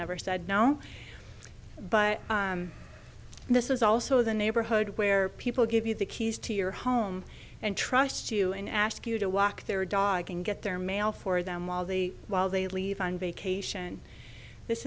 never said no but this is also the neighborhood where people give you the keys to your home and trust you and ask you to walk their dog and get their mail for them all the while they leave on vacation this